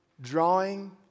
drawing